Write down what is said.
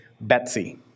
Betsy